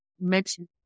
mention